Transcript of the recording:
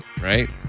right